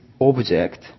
object